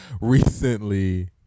recently